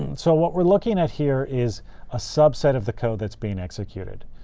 and so what we're looking at here is a subset of the code that's being executed.